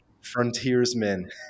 frontiersmen